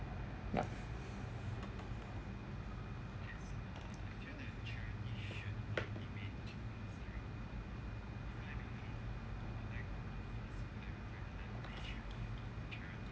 yup